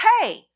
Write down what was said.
hey